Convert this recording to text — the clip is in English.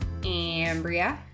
Ambria